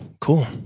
Cool